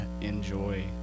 enjoy